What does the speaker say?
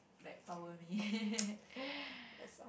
like power me